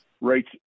rates